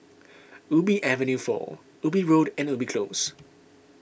Ubi Avenue four Ubi Road and Ubi Close